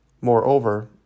Moreover